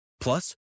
Plus